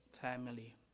family